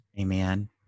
Amen